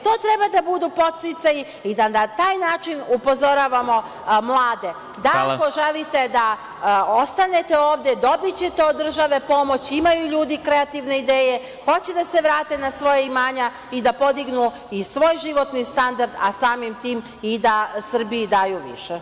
To treba da budu podsticaji i da na taj način upozoravamo mlade da ako želite da ostanete ovde, dobićete od države pomoć, imaju ljudi kreativne ideje, hoće da se vrate na svoja imanja i da podignu i svoj životni standard, a samim tim i da Srbiji daju više.